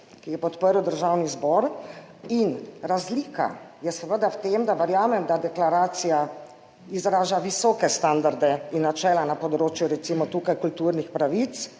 jo je podprl Državni zbor, in razlika je seveda v tem, verjamem, da deklaracija izraža visoke standarde in načela, recimo tukaj na področju kulturnih pravic,